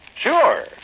Sure